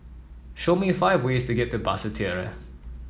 show me five ways to get to Basseterre